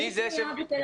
מי פנויה בתל אביב"?